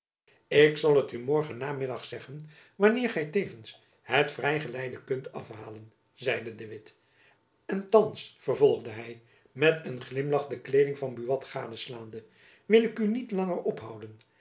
ik zal het u morgen namiddag zeggen wanneer gy tevens het vrij geleide kunt afhalen zeide de witt en thands vervolgde hy met een glimlach de kleeding van buat gadeslaande wil ik u niet jacob van lennep elizabeth musch langer ophouden